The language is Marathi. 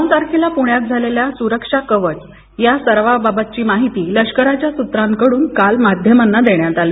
नऊ तारखेला पृण्यात झालेल्या सुक्षा कवच या सरावाबाबतची माहिती लष्कराच्या सूत्रांकडून काल माध्यमांना देण्यात आली